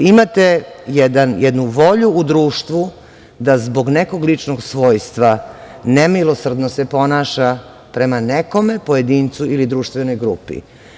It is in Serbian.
Imate jednu volju u društvu da zbog nekog ličnog svojstva nemilosrdno se ponaša prema nekome, pojedincu ili društvenoj grupi.